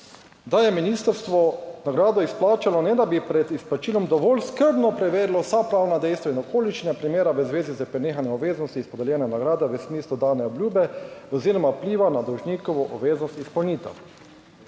da je ministrstvo nagrado izplačalo, ne da bi pred izplačilom dovolj skrbno preverilo vsa pravna dejstva in okoliščine primera v zvezi s prenehanjem obveznosti iz podeljene nagrade v smislu dane obljube oziroma vpliva na dolžnikovo obveznost izpolnitev.